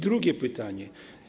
Drugie pytanie.